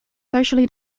socially